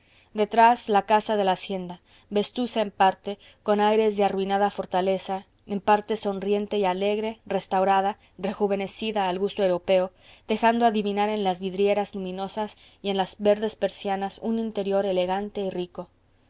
detrás la casa de la hacienda vetusta en parte con aires de arruinada fortaleza en parte sonriente y alegre restaurada rejuvenecida al gusto europeo dejando adivinar en las vidrieras luminosas y en las verdes persianas un interior elegante y rico